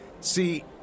See